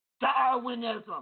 Darwinism